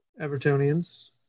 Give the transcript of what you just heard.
Evertonians